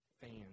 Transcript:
fans